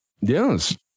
Yes